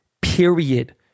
period